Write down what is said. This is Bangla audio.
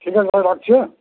ঠিক আছে তাহলে রাখছি হ্যাঁ